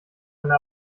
eine